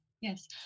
Yes